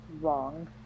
Wrong